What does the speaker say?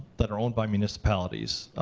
that are owned by municipalities.